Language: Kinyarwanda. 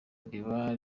riba